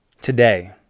Today